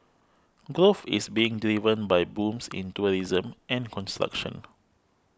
growth is being driven by booms in tourism and construction